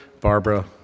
Barbara